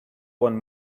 one